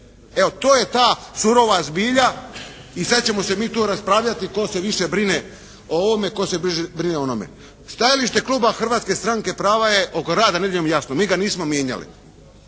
Evo to je ta surova zbilja i sada ćemo se mi tu raspravljati tko se više brine o ovome, tko se brine o onome. Stajalište kluba Hrvatske stranke prava je oko rada nedjeljom jasno, mi ga nismo mijenjali.